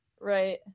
right